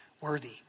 worthy